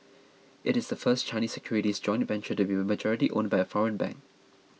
it is the first Chinese securities joint venture to be majority owned by a foreign bank